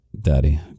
Daddy